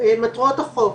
לדוגמה במטרות החוק,